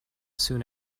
soon